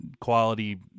quality